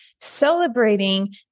celebrating